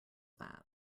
that